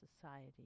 society